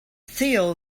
theo